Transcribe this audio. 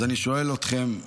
אז אני שואל אתכם,